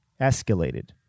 escalated